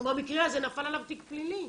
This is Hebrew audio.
במקרה הזה נפל עליו תיק פלילי.